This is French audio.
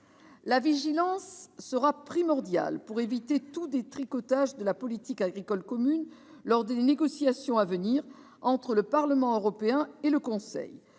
La vigilance sera primordiale pour éviter tout détricotage de la politique agricole commune lors des négociations à venir entre le Parlement européen et le Conseil.